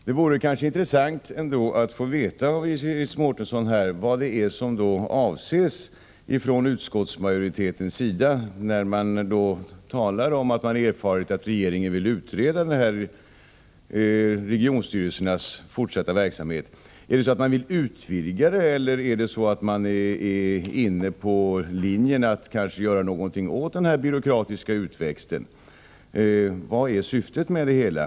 Herr talman! Det vore intressant om Iris Mårtensson kunde förklara vad utskottsmajoriteten avser när man säger att man har erfarit att regeringen vill utreda frågan om regionstyrelsernas fortsatta verksamhet. Vill man utvidga verksamheten, eller är man inne på linjen att göra någonting åt denna byråkratiska utväxt? Vad är syftet med det hela?